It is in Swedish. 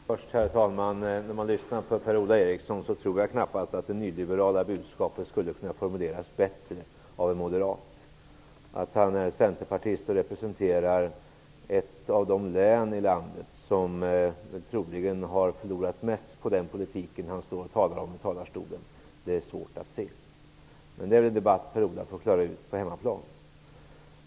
Herr talman! Först vill jag säga att det nyliberala budskapet knappast skulle kunna formuleras bättre av en moderat än i Per-Ola Erikssons anförande. Att han är centerpartist och representerar ett av de län i landet som troligen förlorat mest på den politik han talar om i talarstolen är svårt att se. Men det är en debatt Per-Ola Eriksson får klara ut på hemmaplan.